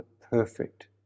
perfect